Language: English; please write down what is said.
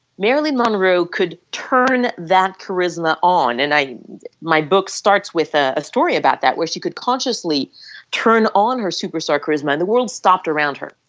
marilyn monroe could turn that that charisma on and my book starts with a story about that where she could consciously turn on her superstar charisma and the world stopped around her.